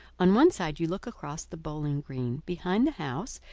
on one side you look across the bowling-green, behind the house,